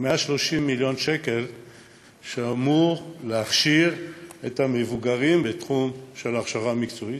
130 מיליון שקל שאמורים להכשיר את המבוגרים בתחום ההכשרה המקצועית,